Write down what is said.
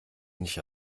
nicht